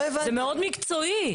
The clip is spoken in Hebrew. זה מאוד מקצועי,